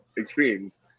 extremes